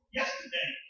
yesterday